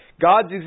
God's